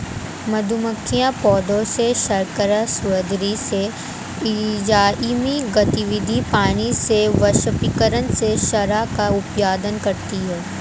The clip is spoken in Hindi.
मधुमक्खियां पौधों के शर्करा स्राव से, एंजाइमी गतिविधि, पानी के वाष्पीकरण से शहद का उत्पादन करती हैं